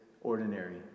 ordinary